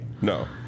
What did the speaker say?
No